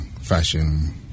fashion